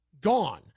gone